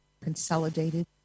consolidated